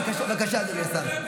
בבקשה, אדוני השר.